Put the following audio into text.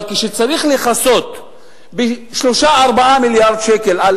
אבל כשצריך לכסות 3 4 מיליארד שקל על